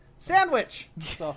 Sandwich